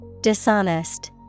Dishonest